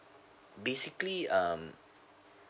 basically um